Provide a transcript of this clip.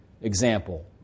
example